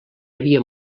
havia